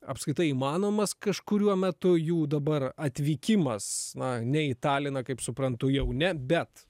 apskritai įmanomas kažkuriuo metu jų dabar atvykimas na ne į taliną kaip suprantu jau ne bet